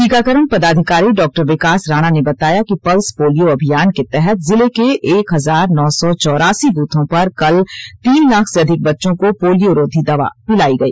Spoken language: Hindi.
टीकाकरण पदाधिकारी डॉ विकास राणा ने बताया कि पल्स पोलियो अभियान के तहत जिले के एक हजार नौ सौ चौरासी बूथों पर कल तीन लाख से अधिक बच्चों को पोलियो रोधी दवा पिलाई गई